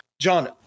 John